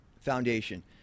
Foundation